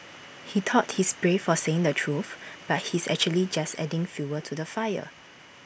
he thought he's brave for saying the truth but he's actually just adding fuel to the fire